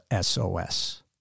SOS